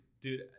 Dude